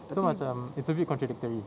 so macam it's a bit contradictory